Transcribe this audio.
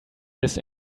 this